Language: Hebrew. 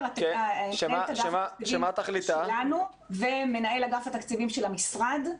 מנהל אגף התקציבים שלנו ומנהל אגף התקציבים של המשרד.